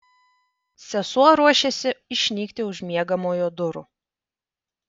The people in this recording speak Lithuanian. sesuo ruošėsi išnykti už miegamojo durų